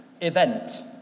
event